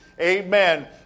Amen